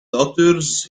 doctors